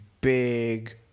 big